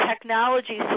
technology